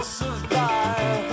survive